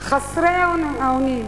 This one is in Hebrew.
חסרי האונים